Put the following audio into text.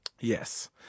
Yes